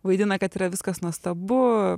vaidina kad yra viskas nuostabu